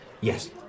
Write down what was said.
yes